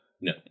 No